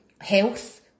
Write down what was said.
health